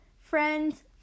friends